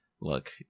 Look